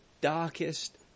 darkest